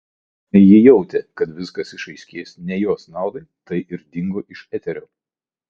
matomai ji jautė kad viskas išaiškės ne jos naudai tai ir dingo iš eterio